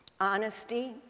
honesty